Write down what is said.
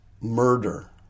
murder